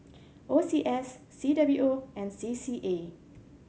O C S C W O and C C A